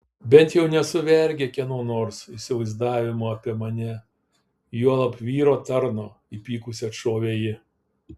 bent jau nesu vergė kieno nors įsivaizdavimo apie mane juolab vyro tarno įpykusi atšovė ji